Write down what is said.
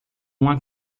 uma